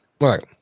right